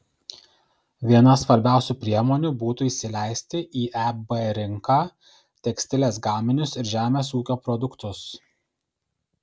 viena svarbiausių priemonių būtų įsileisti į eb rinką tekstilės gaminius ir žemės ūkio produktus